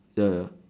ya